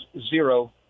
zero